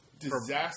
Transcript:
Disaster